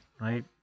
Right